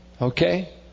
Okay